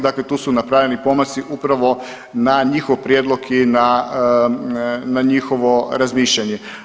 Dakle, tu su napravljen pomaci upravo na njihov prijedlog i na njihovo razmišljanje.